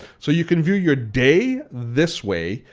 so you could view your day this way.